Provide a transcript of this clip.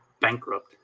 bankrupt